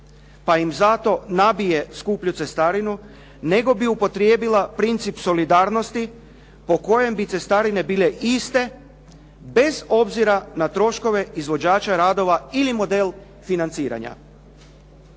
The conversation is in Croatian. pa im zato nabije skuplju cestarinu, nego bi upotrijebila princip solidarnosti po kojem bi cestarine bile iste bez obzira na troškove izvođača radova ili model financiranja.